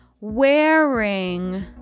wearing